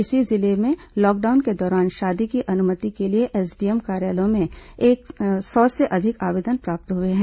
इसी जिले में लॉकडाउन के दौरान शादी की अनुमति के लिए एसडीएम कार्यालयों में सौ से अधिक आवेदन प्राप्त हुए हैं